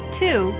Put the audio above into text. two